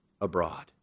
abroad